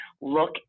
look